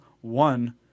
One